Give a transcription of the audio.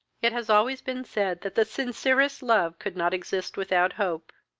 it has always been said that the sincerest love could not exist without hope.